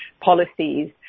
policies